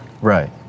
Right